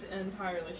entirely